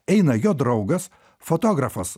eina jo draugas fotografas